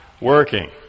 working